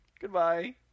Goodbye